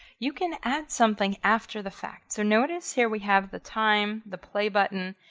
you can add something after the fact. so notice here we have the time, the play button,